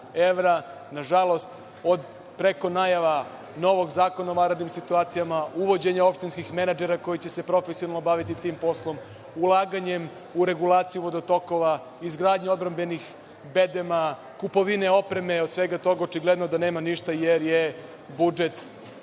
Nažalost, preko najava novog zakona o vanrednim situacijama, uvođenja opštinskih menadžera koji će se profesionalno baviti tim poslom, ulaganja u regulaciju vodotokova, izgradnje odbrambenih bedema, kupovine opreme, od svega toga očigledno nema ništa jer je budžet